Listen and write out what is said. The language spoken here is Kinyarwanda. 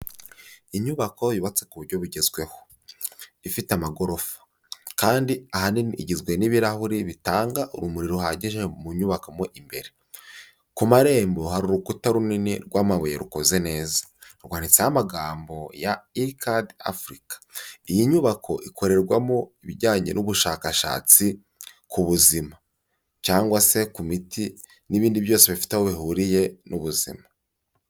Inyubako yubatse ku buryo bugezweho, ifite amagorofa ,kandi ahanini igizwe n'ibirahuri bitanga urumuri ruhagije mu nyubako mo imbere, ku marembo hari urukuta runini rw'amabuye rukoze neza, rwanditseho amagambo ya Ircad Afurika. Iyi nyubako ,ikorerwamo ibijyanye n'ubushakashatsi ku buzima cyangwa se ku miti ,n'ibindi byose bifite aho bihuriye n'ubuzima.